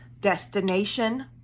destination